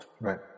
Right